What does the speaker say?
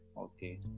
Okay